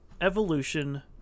evolution